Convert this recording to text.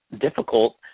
difficult